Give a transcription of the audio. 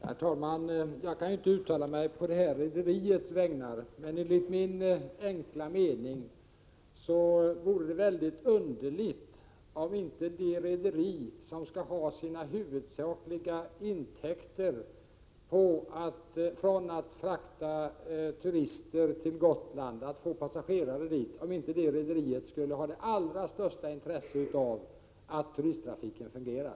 Herr talman! Jag kan inte uttala mig på rederiets vägnar, men enligt min enkla mening vore det mycket underligt om inte det rederi, som skall få sina huvudsakliga intäkter från att frakta turister till Gotland och behöver passagerare, skulle ha det allra största intresse av att turisttrafiken fungerar.